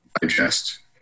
digest